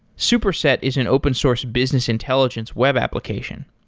superset is an open source business intelligence web application.